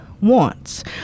wants